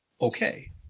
okay